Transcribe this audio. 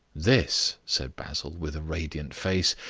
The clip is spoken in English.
this, said basil, with a radiant face,